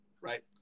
Right